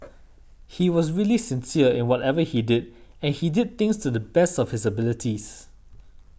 he was really sincere in whatever he did and he did things to the best of his abilities